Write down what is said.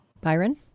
Byron